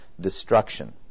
destruction